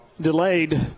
delayed